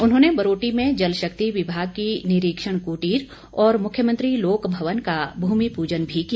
उन्होंने बरोटी में जल शक्ति विभाग की निरीक्षण कुटीर और मुख्यमंत्री लोकभवन का भूमिपूजन भी किया